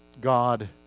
God